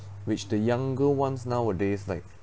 which the younger ones nowadays like